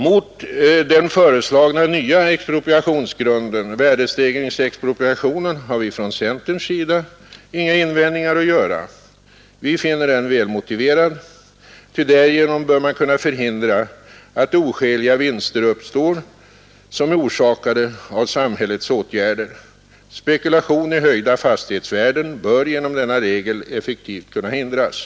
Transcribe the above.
Mot den föreslagna nya expropriationsgrunden — värdestegringsexpropriationen — har vi från centerns sida inga invändningar att göra. Vi 3 finner den välmotiverad, ty därigenom bör man kunna förhindra att oskäliga vinster uppstår, som är orsakade av samhällets åtgärder. Spekulation i höjda fastighetsvärden bör genom denna regel effektivt kunna hindras.